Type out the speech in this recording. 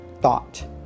thought